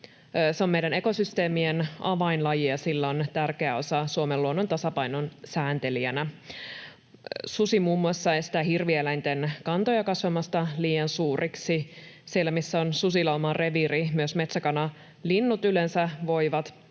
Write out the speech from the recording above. Se on meidän ekosysteemien avainlaji, ja sillä on tärkeä osa Suomen luonnon tasapainon sääntelijänä. Susi muun muassa estää hirvieläinten kantoja kasvamasta liian suuriksi. Siellä, missä on susilauman reviiri, myös metsäkanalinnut yleensä voivat